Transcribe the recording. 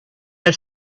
had